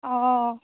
অঁ